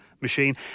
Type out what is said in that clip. machine